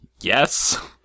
Yes